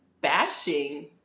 bashing